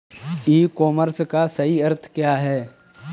ई commerce का सही अर्थ क्या है?